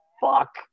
fuck